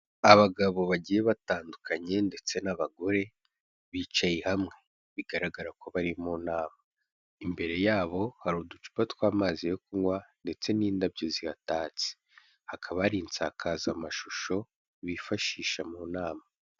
Abagabo bagiye batandukanye ndetse n'abagore bicaye hamwe bigaragara ko bari mu nama, imbere yabo hari uducupa tw'amazi yo kunywa ndetse n'indabyo zihatatse hakaba hari insakazamashusho bifashisha mu nama.